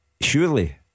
Surely